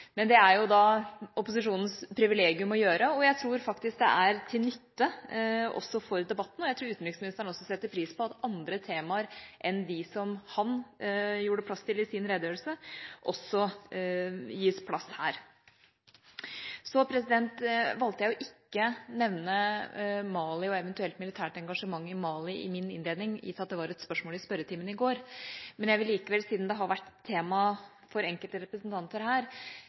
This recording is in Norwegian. Men det er det opposisjonens privilegium å gjøre, og jeg tror faktisk det er til nytte for debatten. Jeg tror utenriksministeren også setter pris på at andre temaer enn dem som han gjorde plass til i sin redegjørelse, også gis plass her. Jeg valgte å ikke nevne Mali og eventuelt militært engasjement i Mali i min innledning, gitt at det var et spørsmål i spørretimen i går. Men jeg vil likevel, siden det har vært tema for enkelte representanter her,